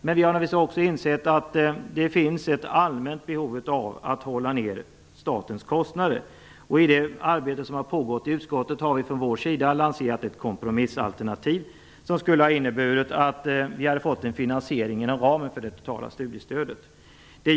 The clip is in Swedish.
Men vi har också insett att det finns ett allmänt behov av att hålla ner statens kostnader. I det arbete som har pågått i utskottet har vi lanserat ett kompromissalternativ som skulle ha inneburit att vi hade fått en finansiering inom ramen för det totala studiestödet.